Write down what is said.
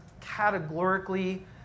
categorically